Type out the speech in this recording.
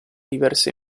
diverse